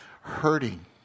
hurting